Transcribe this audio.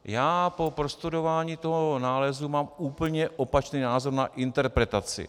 Já mám po prostudování toho nálezu úplně opačný názor na interpretaci.